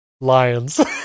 lions